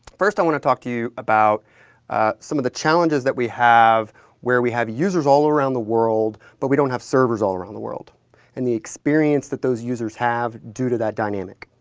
first, i want to talk to you about some of the challenges that we have where we have users all around the world, but we don't have servers all around the world and the experience that those users have due to that dynamic.